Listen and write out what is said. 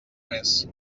més